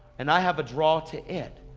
and i have a draw to it,